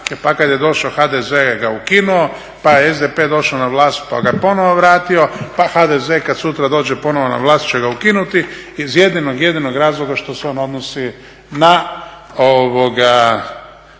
pa kada je došao HDZ ga je ukinuo pa je SDP došao na vlast pa ga je ponovno vratio. Pa HDZ kada sutra dođe ponovno na vlast će ga ukinuti iz jednog jedinog razlog što se on odnosi na